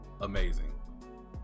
amazing